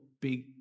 big